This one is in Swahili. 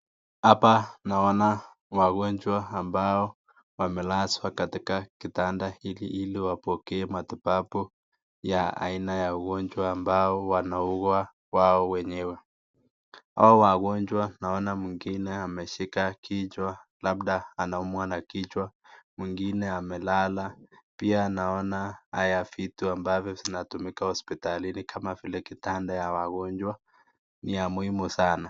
Hapa naona wagonjwa ambao wamelazwa katika kitanda hili ili wapokee matibabu ya aina ya ugonjwa ambao wanaugua wao wenyewe. Hao wagonjwa naona mwingine ameshika kichwa labda anaumwa na kichwa mwingine amelala. Pia naona haya vitu ambavyo vinatumika hospitalini kama vile kitanda ya wagonjwa ni ya muhimu sana.